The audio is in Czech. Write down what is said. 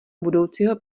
budoucího